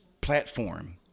platform